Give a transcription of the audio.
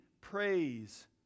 praise